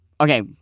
Okay